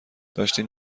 داشتین